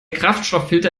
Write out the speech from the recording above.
kraftstofffilter